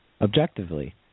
objectively